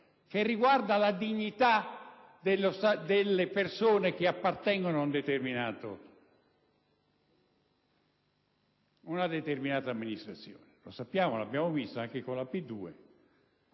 che riguarda la dignità delle persone che appartengono ad una determinata amministrazione. Lo sappiamo, lo abbiamo visto anche nel